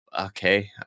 okay